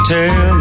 Tell